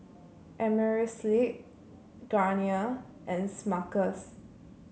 Amerisleep Garnier and Smuckers